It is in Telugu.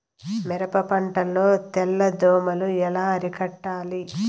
మిరప పంట లో తెల్ల దోమలు ఎలా అరికట్టాలి?